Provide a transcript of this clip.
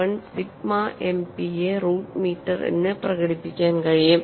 1781 sigma MPa root metre എന്ന് പ്രകടിപ്പിക്കാൻ കഴിയും